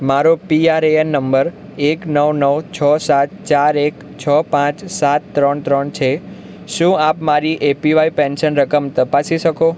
મારો PRAN number એક નવ નવ છ સાત ચાર એક છ પાંચ સાત ત્રણ ત્રણ છે શું આપ મારી એપીવાય પેન્શન રકમ તપાસી શકો